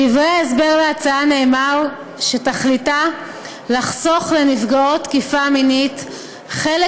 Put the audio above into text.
בדברי ההסבר להצעה נאמר שתכליתה לחסוך לנפגעות תקיפה מינית חלק